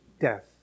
death